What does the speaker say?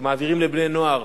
שמעבירים לבני-הנוער